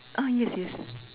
ah yes yes